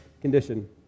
condition